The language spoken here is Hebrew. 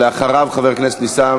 חבר הכנסת ישראל